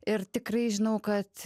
ir tikrai žinau kad